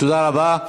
תודה רבה.